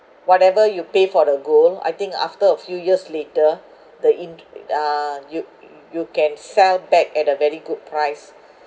whatever you pay for the gold I think after a few years later the intere~ uh you you can sell back at a very good price